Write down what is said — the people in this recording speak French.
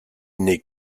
n’est